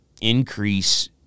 increase